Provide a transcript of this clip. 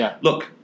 Look